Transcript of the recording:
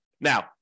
Now